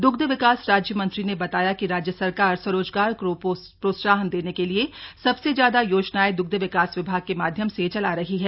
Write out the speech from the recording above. दुग्ध विकास राज्य मंत्री ने बताया कि राज्य सरकार स्वरोजगार को प्रोत्साहन देने के लिए सबसे ज्यादा योजनाएं दुग्ध विंकास विभाग के माध्यम से चला रही है